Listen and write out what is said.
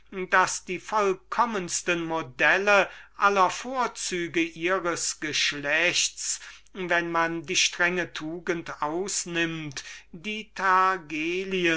daß die vollkommensten modelle aller vorzüge ihres geschlechts wenn man die strenge tugend ausnimmt die